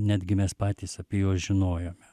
netgi mes patys apie juos žinojome